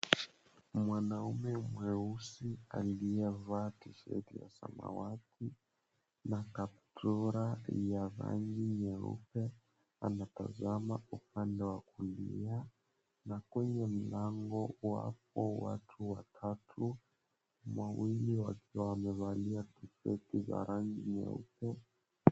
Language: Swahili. Mwanaume mweusi aliyevaa tisheti ya samawati na kaptura ya rangi nyeupe, anatazama upande wa kulia. Na kwenye mlango, wapo watu watatu, wawili wakiwa wamevalia tisheti za rangi nyeupe.